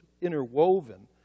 interwoven